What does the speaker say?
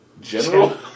General